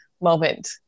moment